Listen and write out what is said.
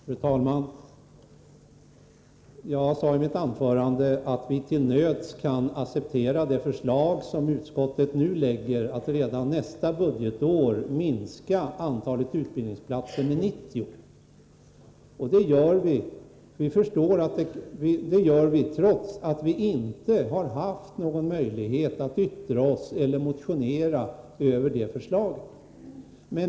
Fru talman! Jag sade i mitt anförande att vi till nöds kan acceptera det förslag som utskottet nu lägger fram, nämligen att redan nästa budgetår minska antalet utbildningsplatser med 90. Vi gör det trots att vi inte har haft någon möjlighet att yttra oss eller motionera om det förslaget.